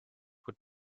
would